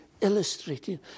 illustrating